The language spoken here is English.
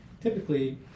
Typically